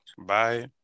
Bye